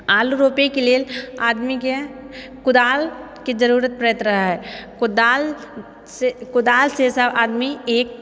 आलू रोपैके लेल आदमीके कुदालके जरुरत पड़ैत रहै कुदालसँ सब आदमी एक